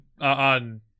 on